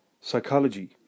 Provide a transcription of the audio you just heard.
psychology